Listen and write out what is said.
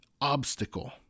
obstacle